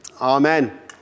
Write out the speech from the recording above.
Amen